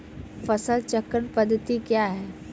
फसल चक्रण पद्धति क्या हैं?